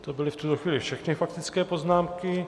To byly v tuto chvíli všechny faktické poznámky.